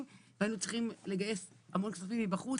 והיינו צריכים לגייס המון כספים מבחוץ.